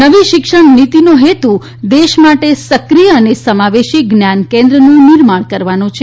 નવી શિક્ષણ નીતિનો હેતુ દેશ માટે સક્રિય અને સમાવેશી જ્ઞાન કેન્દ્રનું નિર્માણ કરવાનો છે